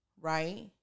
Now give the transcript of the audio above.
right